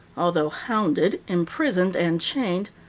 although hounded, imprisoned, and chained,